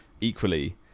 equally